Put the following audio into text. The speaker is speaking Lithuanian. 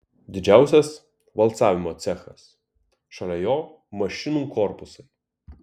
didžiausias valcavimo cechas šalia jo mašinų korpusai